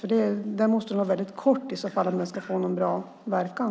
Som det nu ser ut måste den nog vara väldigt kort för att den ska få en bra verkan.